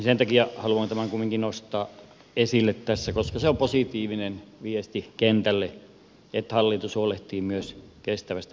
sen takia haluan tämän kumminkin nostaa esille tässä koska se on positiivinen viesti kentälle että hallitus huolehtii myös kestävästä metsätaloudesta